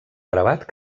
gravat